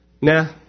Nah